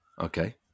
Okay